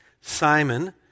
Simon